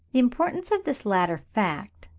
the importance of this latter fact,